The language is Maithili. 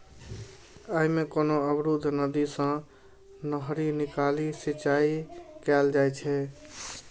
अय मे कोनो अवरुद्ध नदी सं नहरि निकालि सिंचाइ कैल जाइ छै